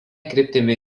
kryptimi